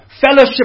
fellowship